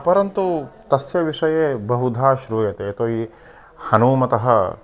परन्तु तस्य विषये बहुधा श्रूयते यतो हि हनूमतः